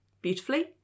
beautifully